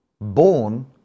born